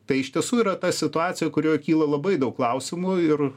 tai iš tiesų yra ta situacija kurioj kyla labai daug klausimų ir